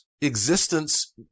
Existence